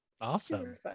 awesome